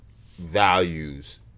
values